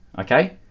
okay